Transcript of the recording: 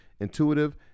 intuitive